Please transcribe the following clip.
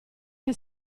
che